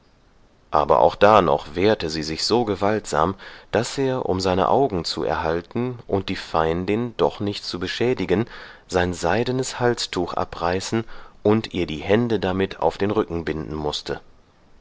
aber auch da noch wehrte sie sich so gewaltsam daß er um seine augen zu erhalten und die feindin doch nicht zu beschädigen sein seidenes halstuch abreißen und ihr die hände damit auf den rücken binden mußte